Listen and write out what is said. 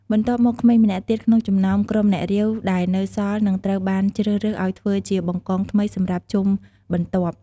បន្ទាប់មក ក្មេងម្នាក់ទៀតក្នុងចំណោម ក្រុម អ្នករាវ ដែលនៅសល់ នឹងត្រូវបានជ្រើសរើសឱ្យធ្វើជា បង្កង ថ្មីសម្រាប់ជុំបន្ទាប់។